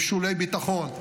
עם שולי ביטחון.